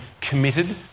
committed